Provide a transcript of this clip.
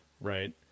right